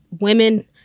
women